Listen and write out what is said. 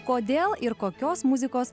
kodėl ir kokios muzikos